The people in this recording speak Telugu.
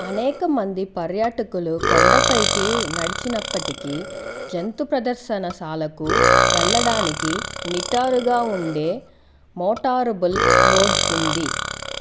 అనేక మంది పర్యాటకులు కొండపైకి నడిచినప్పటికీ జంతు ప్రదర్శన శాలకు వెళ్ళడానికి నిటారుగా ఉండే మోటరబుల్ రోడ్డు ఉంది